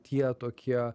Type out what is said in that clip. tie tokie